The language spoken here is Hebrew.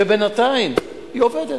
ובינתיים, היא עובדת,